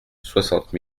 soixante